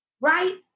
Right